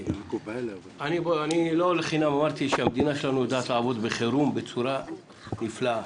לא לחינם אמרתי שהמדינה שלנו יודעת לעבוד בחירום בצורה נפלאה.